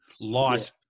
light